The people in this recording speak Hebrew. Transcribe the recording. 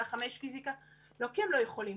חמש יחידות בפיזיקה לא כי הם לא יכולים,